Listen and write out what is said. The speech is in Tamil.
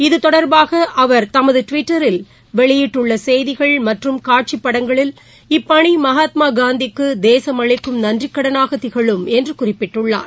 இத்தொடர்பாக அவர் தமது டுவிட்டர் வலைப்பூவில் வெளியிட்டுள்ள செய்திகள் மற்றும் காட்சிப்படங்களில் இப்பணி மகாத்மா காந்திக்கு தேசம் அளிக்கும் நன்றிக்கடளாக திகழும் என்று குறிப்பிட்டுள்ளார்